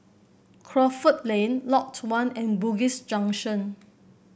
Crawford Lane Lot One and Bugis Junction